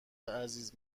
عزیز